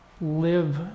live